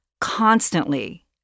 constantly